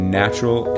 natural